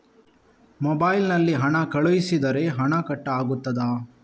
Mobile ನಲ್ಲಿ ಹಣ ಕಳುಹಿಸಿದರೆ ಹಣ ಕಟ್ ಆಗುತ್ತದಾ?